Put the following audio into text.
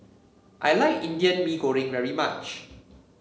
I like Indian Mee Goreng very much